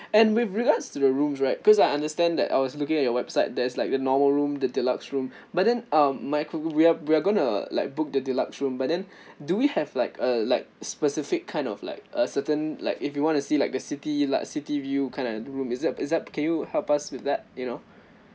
and with regards to the rooms right cause I understand that I was looking at your website there's like the normal room the deluxe room but then um might we're we're gonna like book the deluxe room but then do we have like a like specific kind of like a certain like if you want to see like the city like city view kind of room is that is that can you help us with that you know